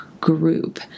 group